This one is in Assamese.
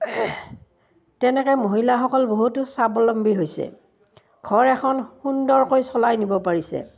তেনেকৈ মহিলাসকল বহুতো স্বাৱলম্বী হৈছে ঘৰ এখন সুন্দৰকৈ চলাই নিব পাৰিছে